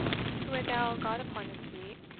who had now got upon his feet,